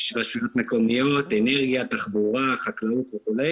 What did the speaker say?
רשויות מקומיות, אנרגיה, תחבורה, חקלאות וכו'.